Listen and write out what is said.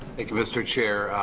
thank you mr. chair,